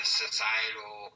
societal